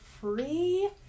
free